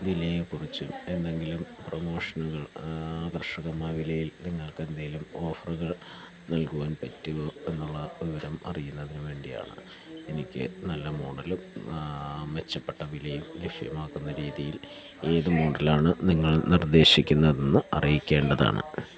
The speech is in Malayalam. വിലയെക്കുറിച്ച് എന്തെങ്കിലും പ്രമോഷനുകൾ ആകർഷകമായ വിലയിൽ നിങ്ങൾക്ക് എന്തേലും ഓഫറുകൾ നൽകുവാൻ പറ്റുമോ എന്നുള്ള വിവരം അറിയുന്നതിന് വേണ്ടിയാണ് എനിക്ക് നല്ല മോഡലും മെച്ചപ്പെട്ട വിലയും ലക്ഷ്യമാക്കുന്ന രീതിയിൽ ഏത് മോഡലാണ് നിങ്ങൾ നിർദ്ദേശിക്കുന്നതെന്ന് അറിയിക്കേണ്ടതാണ്